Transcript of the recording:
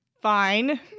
Fine